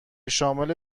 شامل